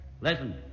Listen